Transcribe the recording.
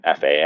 FAA